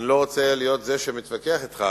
אני לא רוצה להיות זה שמתווכח אתך,